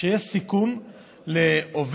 שיש סיכון לעובד,